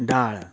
डाळ